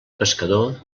pescador